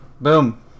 Boom